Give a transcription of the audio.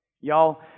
Y'all